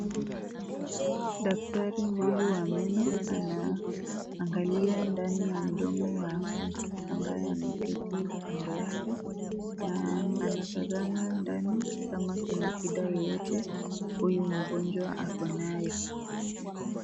Daktari huyu wa meno anaangalia ndani ya mdomo wa mtu ambaye ameketi kando yake na anatazama ndani kama kuna shida yoyote huyu mgonjwa ako nayo.